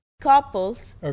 Couples